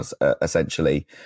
essentially